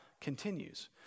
continues